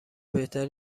بهتر